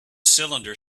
cylinder